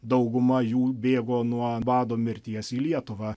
dauguma jų bėgo nuo bado mirties į lietuvą